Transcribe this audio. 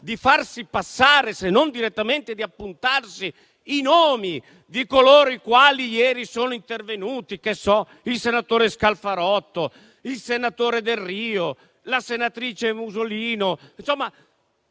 di farsi passare, se non direttamente di appuntarsi, i nomi di coloro i quali ieri sono intervenuti, come il senatore Scalfarotto, il senatore Delrio, la senatrice Musolino. Insomma,